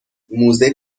موزه